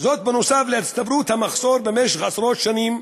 נוסף על הצטברות מחסור במשך עשרות שנים,